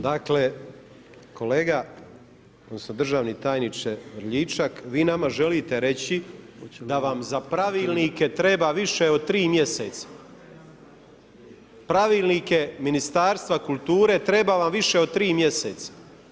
Dakle kolega odnosno državni tajniče Poljičak, vi nama želite reći da vam za pravilnike treba više od tri mjeseca, pravilnike Ministarstva kulture treba vam više od tri mjeseca.